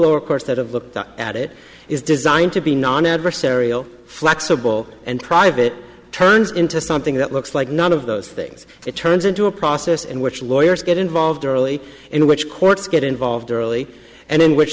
lower courts that have looked at it is designed to be non adversarial flexible and private turns into something that looks like none of those things it turns into a process in which lawyers get involved early in which courts get involved early and in which